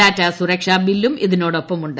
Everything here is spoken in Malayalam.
ഡാറ്റാ സുരക്ഷാ ബില്ലും ഇതിനോടൊപ്പമുണ്ട്